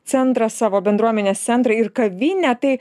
centrą savo bendruomenės centrą ir kavinę tai